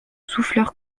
souffleur